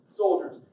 soldiers